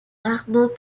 rarement